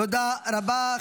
תודה רבה.